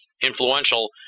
influential